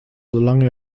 solange